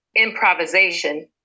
Improvisation